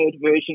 version